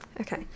okay